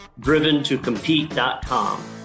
driventocompete.com